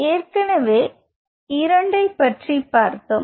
ஏற்கனவே இரண்டைப் பற்றி பார்த்தோம்